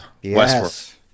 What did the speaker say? Yes